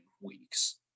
weeks